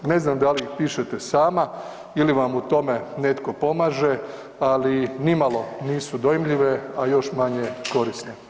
Ne znam da li ih pišete sama ili vam u tome netko pomaže, ali nimalo nisu dojmljive, a još manje korisne.